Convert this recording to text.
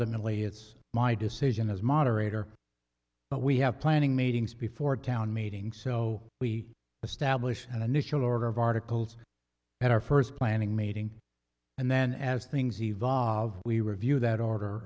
ultimately it's my decision as moderator but we have planning meetings before town meeting so we establish an initial order of articles at our first planning meeting and then as things evolve we review that order